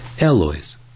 Alloys